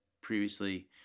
previously